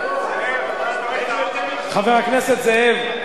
חבר הכנסת זאב,